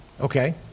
Okay